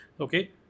Okay